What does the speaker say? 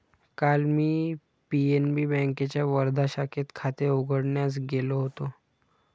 काल मी पी.एन.बी बँकेच्या वर्धा शाखेत खाते उघडण्यास गेलो होतो